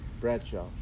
Bradshaw